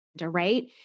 right